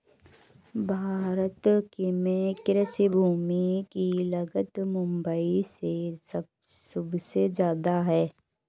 भारत में कृषि भूमि की लागत मुबई में सुबसे जादा है